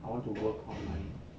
I want to work on my